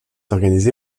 organisé